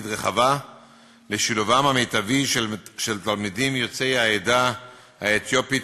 רחבה לשילובם המיטבי של תלמידים יוצאי העדה האתיופית